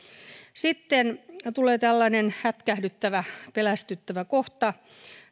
sitten tulee tällainen hätkähdyttävä pelästyttävä kohta